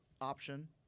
option